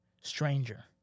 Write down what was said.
Stranger